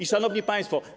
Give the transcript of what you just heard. S Szanowni Państwo!